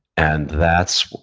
and that's,